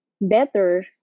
better